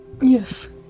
Yes